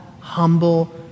humble